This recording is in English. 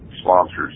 sponsors